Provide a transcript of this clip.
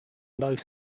both